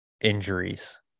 injuries